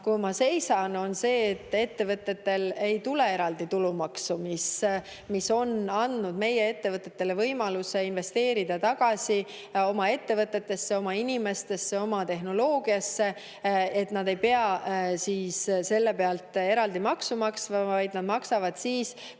siin seisan, on see, et ettevõtetele ei tule eraldi tulumaksu. See on andnud meie ettevõtetele võimaluse investeerida tagasi oma ettevõttesse, oma inimestesse, oma tehnoloogiasse. Nad ei pea selle pealt eraldi maksu maksma, vaid nad maksavad maksu